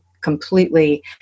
completely